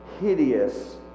hideous